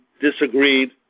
disagreed